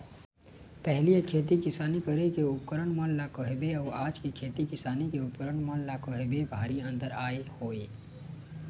पहिली के खेती किसानी करे के उपकरन मन ल कहिबे अउ आज के खेती किसानी के उपकरन मन ल कहिबे भारी अंतर आय हवय